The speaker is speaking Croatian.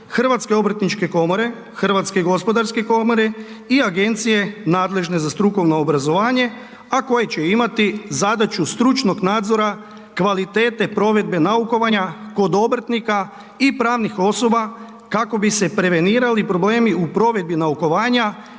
za obrt, HOK-a, HGK-a i Agencije nadležne za strukovno obrazovanje, a koje će imati zadaću stručnog nadzora kvalitete provedbe naukovanja kod obrtnika i pravnih osoba kako bi se prevenirali problemi u provedbi naukovanja,